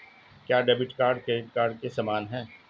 क्या debit card credit card के समान है?